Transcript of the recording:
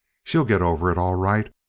she'll get over it all right.